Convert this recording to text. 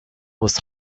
was